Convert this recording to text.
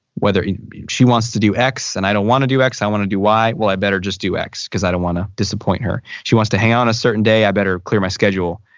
whether she wants to do x and i don't want to do x i want to do y, well i better just do x because i don't want to disappoint her. she wants to hang out on a certain day i better clear my schedule.